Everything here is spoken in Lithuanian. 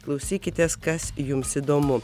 klausykitės kas jums įdomu